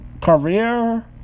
Career